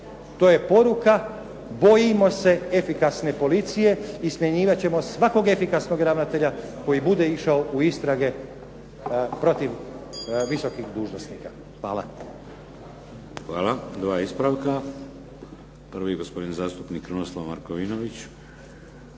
To je poruka bojimo se efikasne policije i smjenjivat ćemo svakog efikasnog ravnatelja koji bude išao u istrage protiv visokih dužnosnika. Hvala. **Šeks, Vladimir (HDZ)** Hvala. Dva ispravka. Prvi gospodin zastupnik Krunoslav Markovinović.